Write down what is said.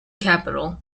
capital